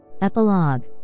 Epilogue